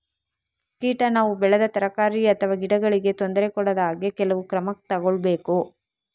ಕೀಟ ನಾವು ಬೆಳೆದ ತರಕಾರಿ ಅಥವಾ ಗಿಡಗಳಿಗೆ ತೊಂದರೆ ಕೊಡದ ಹಾಗೆ ಕೆಲವು ಕ್ರಮ ತಗೊಳ್ಬೇಕು